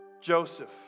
Joseph